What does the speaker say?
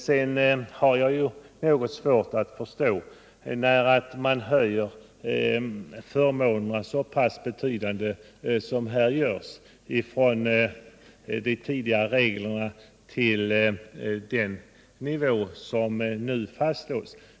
Sedan har jag något svårt att förstå resonemanget att det inte skulle behövas någon ökad avdragsrätt när det blir en så pass betydande höjning av förmånerna.